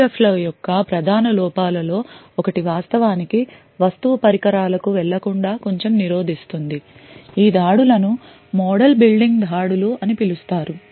PUF ల యొక్క ప్రధాన లోపాలలో ఒకటి వాస్తవానికి వస్తువు పరికరాలకు వెళ్ళకుండా కొంచెం నిరోధిస్తుంది ఈ దాడులను మోడల్ బిల్డింగ్ దాడులు అని పిలుస్తారు